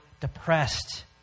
depressed